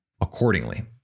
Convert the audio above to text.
accordingly